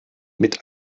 mit